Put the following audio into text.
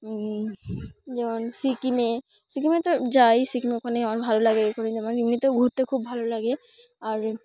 যেমন সিকিমে সিকিমে তো যাই সিকিমে ওখানে আমার ভালো লাগে ওখানে যেমন এমনিতেও ঘুরতে খুব ভালো লাগে আর